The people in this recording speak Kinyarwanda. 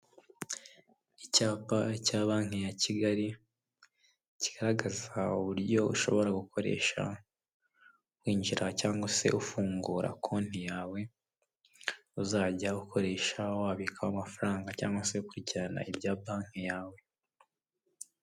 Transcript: Icyapa cya banki ya kigali kigaragaza uburyo ushobora gukoresha winjira cyangwa se ufungura konti yawe uzajya ukoresha wabika amafaranga cyangwa se ukurikirana ibya banki yawe.